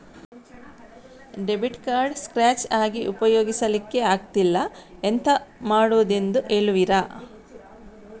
Debit card scratch ಆಗಿ ಉಪಯೋಗಿಸಲ್ಲಿಕ್ಕೆ ಆಗ್ತಿಲ್ಲ, ಎಂತ ಮಾಡುದೆಂದು ಹೇಳುವಿರಾ?